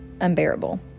unbearable